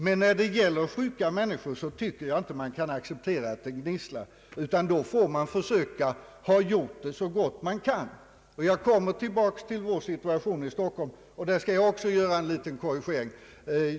Men när det gäller sjuka människor tycker jag inte vi kan acceptera att det gnisslar, utan då får man försöka se till att man har gjort så gott man kunnat från början. Jag återkommer till vår situation i Stockholm och skall även göra en liten korrigering i det sammanhanget.